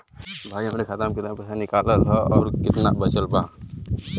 भईया हमरे खाता मे से कितना पइसा निकालल ह अउर कितना बचल बा?